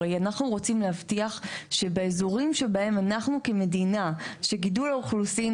הרי אנחנו רוצים להבטיח שבאזורים שבהם אנחנו כמדינה שגידול האוכלוסין